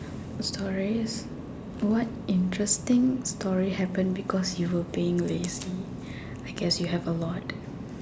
story what interesting story happen because you were being lazy I guess you have a lot